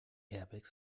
airbags